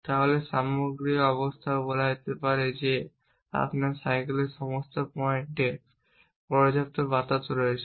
তাহলে সামগ্রিক অবস্থা বলা যেতে পারে যে আপনার সাইকেলের সমস্ত পয়েন্টে পর্যাপ্ত বাতাস রয়েছে